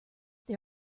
they